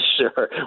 Sure